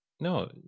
No